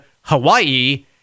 Hawaii